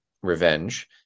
Revenge